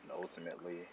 ultimately